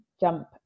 jump